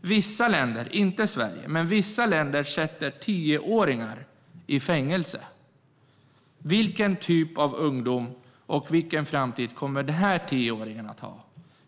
Vissa länder, inte Sverige, sätter tioåringar i fängelse. Vilken framtid kommer dessa tioåringar att ha?